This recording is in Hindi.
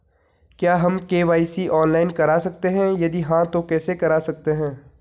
क्या हम के.वाई.सी ऑनलाइन करा सकते हैं यदि हाँ तो कैसे करा सकते हैं?